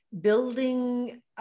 building